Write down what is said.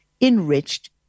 enriched